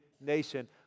nation